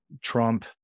Trump